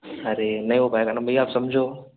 अरे नहीं हो पायेगा ना भईया आप समझो